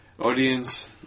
Audience